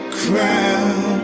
crown